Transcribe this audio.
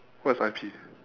what's I_P